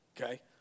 Okay